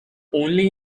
only